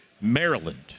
Maryland